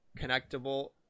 connectable